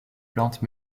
plantes